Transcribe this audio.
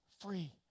free